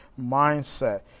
mindset